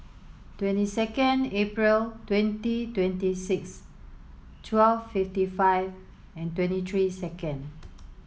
twenty second April twenty twenty six twelve fifty five and twenty three second